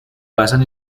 basan